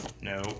No